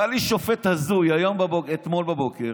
בא לי שופט הזוי אתמול בבוקר,